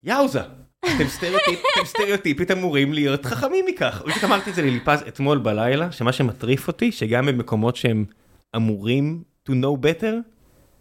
יאוזה, אתם סטריאוטיפית אמורים להיות חכמים מכך, בדיוק אמרתי את זה לליפז אתמול בלילה, שמה שמטריף אותי, שגם במקומות שהם אמורים to know better,